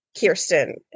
Kirsten